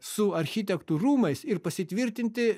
su architektų rūmais ir pasitvirtinti